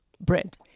bread